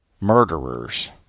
murderers